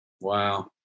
Wow